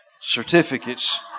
certificates